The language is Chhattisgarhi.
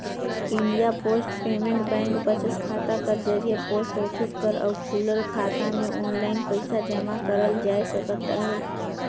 इंडिया पोस्ट पेमेंट बेंक बचत खाता कर जरिए पोस्ट ऑफिस कर अउ खुलल खाता में आनलाईन पइसा जमा करल जाए सकत अहे